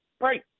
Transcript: right